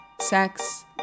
sex